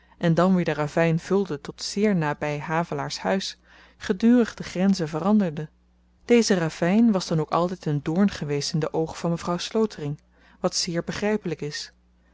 en dan weer den ravyn vulde tot zeer naby havelaars huis gedurig de grenzen veranderde deze ravyn was dan ook altyd een doorn geweest in de oogen van mevrouw slotering wat zeer begrypelyk is